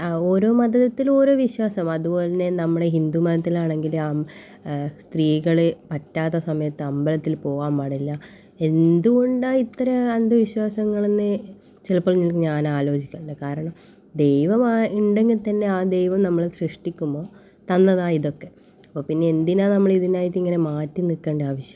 ആ ഓരോ മതത്തിലും ഓരോ വിശ്വാസം അതുപോലെ തന്നെ നമ്മുടെ ഹിന്ദു മതത്തിലാണെങ്കിൽ അം സ്ത്രീകൾപറ്റാത്ത സമയത്ത് അമ്പലത്തിൽ പോവാൻ പാടില്ല എന്ത് കൊണ്ടാണ് ഇത്തരം അന്ധവിശ്വാസങ്ങളെന്ന് ചിലപ്പോൾ ഞാൻ ആലോചിക്കാറുണ്ട് കാരണം ദൈവം ആ ഉണ്ടെങ്കിൽ തന്നെ ആ ദൈവം നമ്മളെ സൃഷ്ടിക്കുമ്പോൾ തന്നതാണ് ഇതൊക്കെ അപ്പോൾ പിന്നെ എന്തിനാണ് നമ്മൾ ഇതിനായിട്ട് ഇങ്ങനെ മാറ്റി നിൽക്കേണ്ട ആവശ്യം